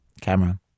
camera